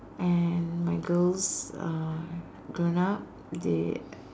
and my girls are grown up they